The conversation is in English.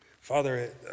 Father